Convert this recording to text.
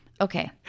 Okay